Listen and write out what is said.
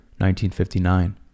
1959